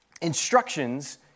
instructions